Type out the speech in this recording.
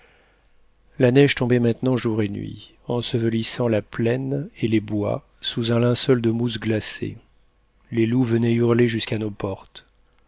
la neige tombait maintenant jour et nuit ensevelissant la plaine et les bois sous un linceul de mousse glacée les loups venaient hurler jusqu'à nos portes